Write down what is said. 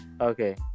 Okay